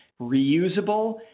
reusable